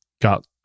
got